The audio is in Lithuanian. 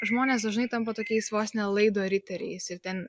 žmonės dažnai tampa tokiais vos ne laido riteriais ir ten